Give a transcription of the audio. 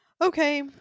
Okay